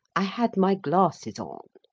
i had my glasses on.